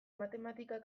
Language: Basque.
matematika